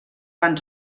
van